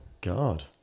God